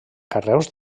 carreus